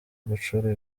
gucura